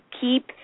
keep